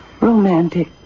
romantic